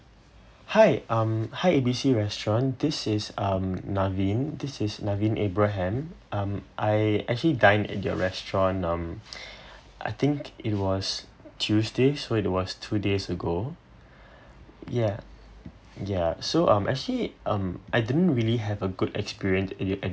hi um hi A B C restaurant this is um naveen this is naveen abraham um I actually dine in your restaurant um I think it was tuesday so it was two days ago ya ya so um actually um I didn't really have a good experience in you at your